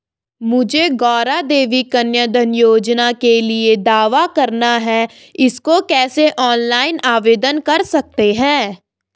मुझे गौरा देवी कन्या धन योजना के लिए दावा करना है इसको कैसे ऑनलाइन आवेदन कर सकते हैं?